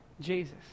Jesus